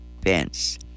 Pence